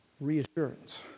reassurance